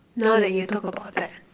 now that you talk about that